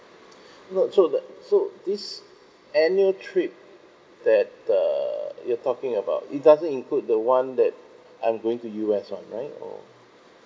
no so the so this annual trip that uh you're talking about it doesn't include the one that I'm going to U_S [one] right or